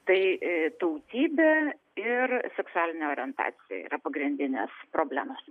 tai tautybė ir seksualinė orientacija yra pagrindinės problemos